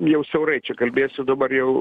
jau siaurai čia kalbėsiu dabar jau